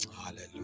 Hallelujah